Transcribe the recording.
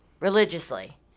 Religiously